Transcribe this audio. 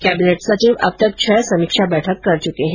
cabinet सचिव अब तक छह समीक्षा बैठक कर चूके हैं